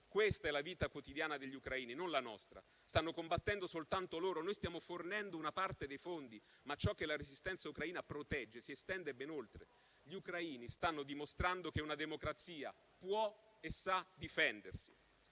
questa è la vita quotidiana degli ucraini, non la nostra; stanno combattendo soltanto loro: noi stiamo fornendo una parte dei fondi, ma ciò che la resistenza ucraina protegge si estende ben oltre. Gli ucraini stanno dimostrando che una democrazia può e sa difendersi.